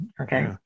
Okay